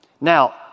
Now